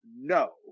no